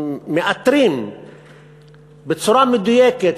מאתרים בצורה מדויקת